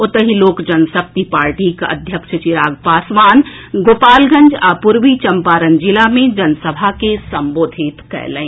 ओतहि लोक जनशक्ति पार्टीक अध्यक्ष चिराग पासवान गोपालगंज आ पूर्वी चंपारण जिला मे जनसभा के संबोधित कयलनि